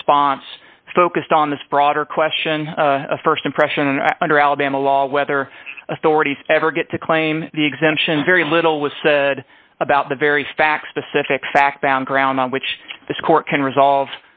response focused on this broader question of st impression and under alabama law whether authorities ever get to claim the exemption very little was said about the very fact specific fact bound ground on which this court can resolve